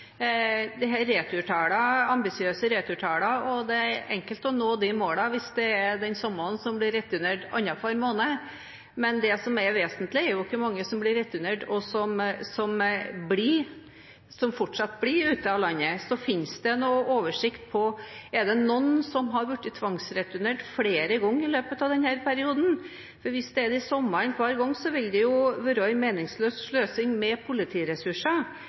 ambisiøse returtall, men det er enkelt å nå de målene hvis det er den samme som blir returnert annenhver måned. Men det vesentlige er jo hvor mange som blir returnert, og som forblir ute av landet. Finnes det noen oversikt over om det er noen som har blitt tvangsreturnert flere ganger i løpet av denne perioden? Hvis det er de samme hver gang, vil jo det være en meningsløs sløsing med politiressurser.